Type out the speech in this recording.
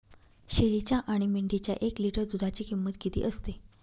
शेळीच्या आणि मेंढीच्या एक लिटर दूधाची किंमत किती असते?